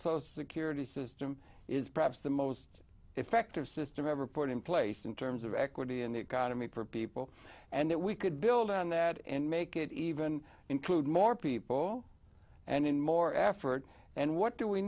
slow security system is perhaps the most effective system ever put in place in terms of equity in the economy for people and that we could build on that and make it even include more people and in more effort and what do we